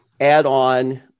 add-on